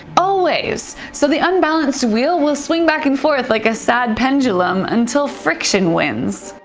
always, so the unbalanced wheel will swing back and forth like a sad pendulum until friction wins.